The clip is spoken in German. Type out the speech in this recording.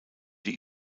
die